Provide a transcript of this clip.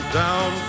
down